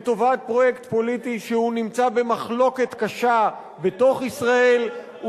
לטובת פרויקט פוליטי שנמצא במחלוקת קשה בתוך ישראל,